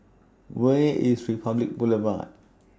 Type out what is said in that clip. Where IS Republic Boulevard